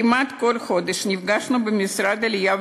כמעט כל חודש נפגשנו במשרד העלייה